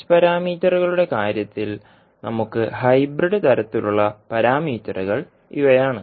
h പാരാമീറ്ററുകളുടെ കാര്യത്തിൽ നമുക്ക് ഹൈബ്രിഡ് തരത്തിലുള്ള പാരാമീറ്ററുകൾ ഇവയാണ്